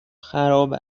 خراب